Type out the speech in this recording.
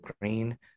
green